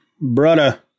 brother